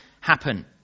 happen